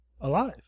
alive